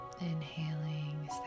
Inhaling